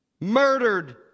murdered